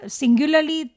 singularly